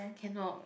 cannot